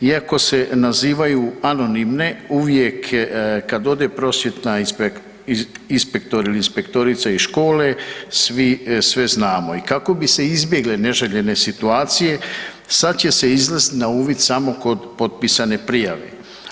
Iako se nazivaju anonimne, uvijek kad ode prosvjetna inspektor ili inspektorica iz škole, svi sve znamo i kako bi se izbjegle neželjene situacije, sad će se izlaziti na uvid samo kod potpisane prijave.